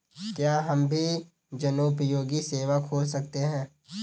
क्या हम भी जनोपयोगी सेवा खोल सकते हैं?